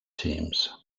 teams